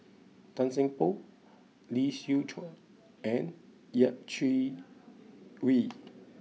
Tan Seng Poh Lee Siew Choh and Yeh Chi Wei